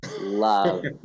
love